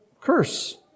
curse